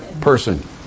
person